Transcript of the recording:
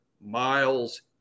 Miles